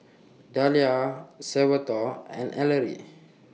Dahlia Salvatore and Ellery